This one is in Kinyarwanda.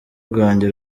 rwanjye